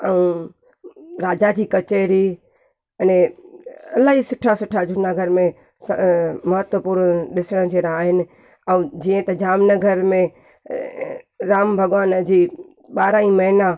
ऐं राजा जी कचहरी अने अलाई सुठा सुठा जूनागढ़ में महत्वपूर्ण ॾिसणु जहिड़ा आहिनि ऐं जीअं त जाम नगर में राम भॻवान जी ॿारहं ई महिना